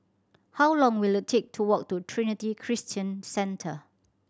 how long will it take to walk to Trinity Christian Centre